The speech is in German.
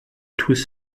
tus